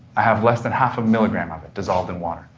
i have less than half a milligram of it dissolved in water.